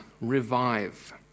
revive